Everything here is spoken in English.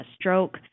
stroke